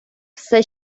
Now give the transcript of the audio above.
все